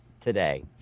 today